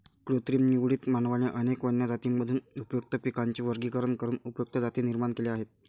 कृत्रिम निवडीत, मानवाने अनेक वन्य जातींमधून उपयुक्त पिकांचे वर्गीकरण करून उपयुक्त जाती निर्माण केल्या आहेत